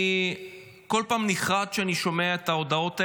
אני כל פעם נחרד כשאני שומע את ההודעות האלה,